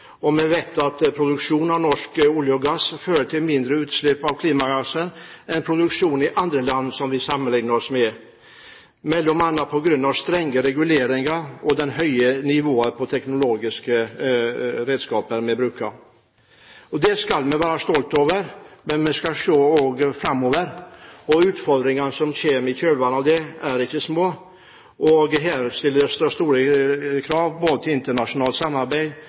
Vi vet at produksjon av norsk olje og gass fører til mindre utslipp av klimagasser enn produksjon i andre land som vi sammenligner oss med, m.a. på grunn av strenge reguleringer og det høye nivået på norsk teknologi. Det skal vi være stolte over, men vi skal også se framover. Utfordringene som kommer i kjølvannet av det, er ikke små, og her stilles det store krav både til internasjonalt samarbeid,